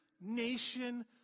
nation